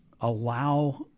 allow